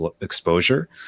exposure